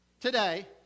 Today